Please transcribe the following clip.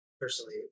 personally